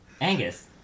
Angus